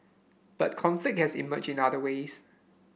but conflict has emerged in other ways